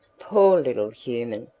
poor little human,